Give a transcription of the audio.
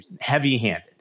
heavy-handed